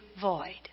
void